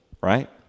Right